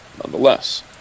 nonetheless